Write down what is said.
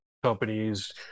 companies